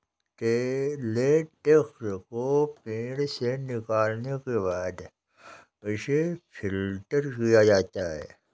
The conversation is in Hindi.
लेटेक्स को पेड़ से निकालने के बाद उसे फ़िल्टर किया जाता है